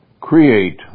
create